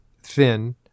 thin